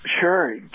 Sure